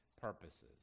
purposes